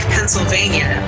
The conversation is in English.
Pennsylvania